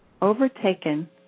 overtaken